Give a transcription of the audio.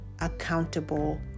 accountable